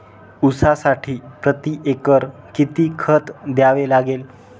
ऊसासाठी प्रतिएकर किती खत द्यावे लागेल?